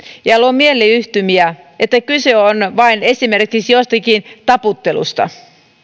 ja luo mielleyhtymiä että kyse on vain esimerkiksi jostakin taputtelusta